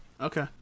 Okay